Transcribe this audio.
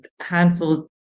handful